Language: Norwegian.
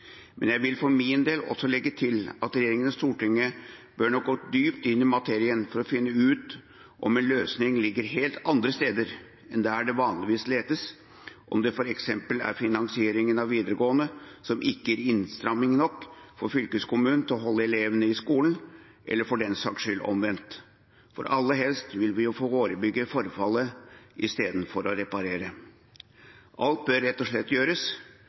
Jeg vil for min del også legge til at regjeringen og Stortinget nok bør gå dypt inn i materien for å finne ut om en løsning ligger helt andre steder enn der det vanligvis letes, om det f.eks. er finansieringen av videregående skole som ikke gir innstramming nok for fylkeskommunen til å holde elevene på skolen, eller – for den saks skyld – omvendt. Aller helst vil vi forebygge frafallet istedenfor å reparere. Alt bør rett og slett gjøres